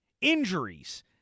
Injuries